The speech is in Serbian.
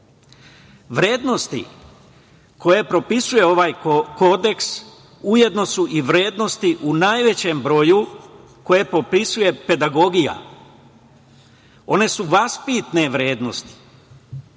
donese. Vrednosti koje propisuje ovaj kodeks ujedno su i vrednosti u najvećem broju koje popisuje pedagogija. One su vaspitne vrednosti.